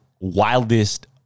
wildest